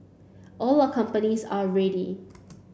all our companies are ready